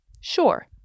Sure